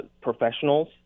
professionals